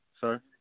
sir